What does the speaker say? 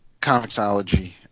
comicsology